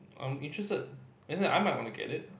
I'm interested as in I might wanna get it